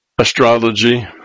astrology